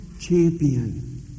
champion